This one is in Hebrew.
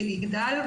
והוא יגדל,